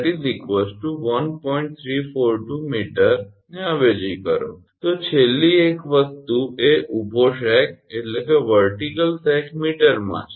342 𝑚 ને અવેજી કરો છો તો છેલ્લી એક બીજી વસ્તુ એ ઊભો સેગ મીટરમાં છે